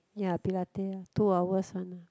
ya Pilate ah two hours one uh